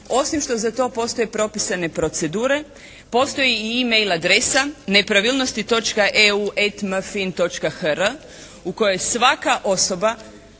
osim što za to postoje propisane procedure postoji i «e-mail» adresa «nepravilnosti.EU@mfin.hr» u kojoj svaka osoba,